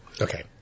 Okay